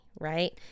right